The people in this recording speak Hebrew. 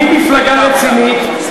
סליחה,